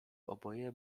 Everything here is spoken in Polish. oboje